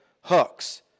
hooks